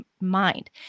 mind